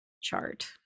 chart